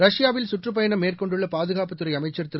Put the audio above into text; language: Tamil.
ரஷ்யாவில் கற்றுப் பயணம் மேற்கொண்டுள்ள பாதுகாப்புத்துறை அமைச்சர் திரு